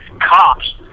cops